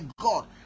God